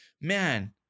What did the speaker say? man